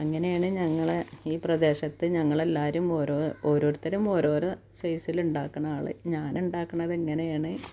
അങ്ങനെയാണ് ഞങ്ങൾ ഈ പ്രദേശത്ത് ഞങ്ങളെല്ലാവരും ഓരോ ഓരോരുത്തരും ഓരോരോ സൈസിലുണ്ടാക്കണത് ഞാനുണ്ടാക്കണത് ഇങ്ങനെയാണ്